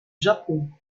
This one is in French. japon